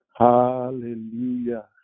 Hallelujah